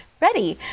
ready